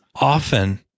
often